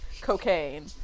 cocaine